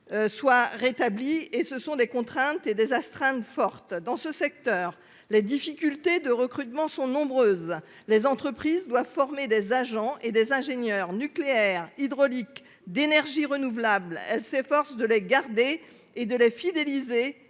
soit rétabli. Cela constitue des contraintes et des astreintes fortes. Dans ce secteur, les difficultés de recrutement sont nombreuses. Les entreprises doivent former des agents et des ingénieurs, que ce soit dans le nucléaire, l'hydraulique ou les énergies renouvelables. Elles s'efforcent de les garder et de les fidéliser,